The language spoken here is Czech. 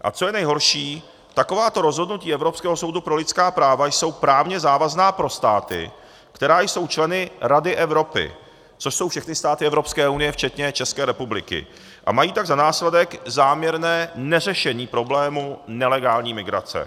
A co je nejhorší, takováto rozhodnutí Evropského soudu pro lidská práva jsou právně závazná pro státy, které jsou členy Rady Evropy, což jsou všechny státy Evropské unie včetně České republiky, a mají tak za následek záměrné neřešení problémů nelegální migrace.